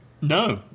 No